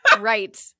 Right